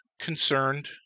concerned